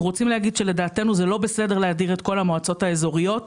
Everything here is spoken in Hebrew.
לדעתנו לא בסדר להדיר את כל המועצות האזוריות.